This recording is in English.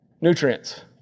nutrients